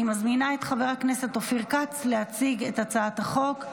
אני מזמינה את חבר הכנסת אופיר כץ להציג את הצעת החוק.